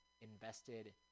invested